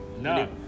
no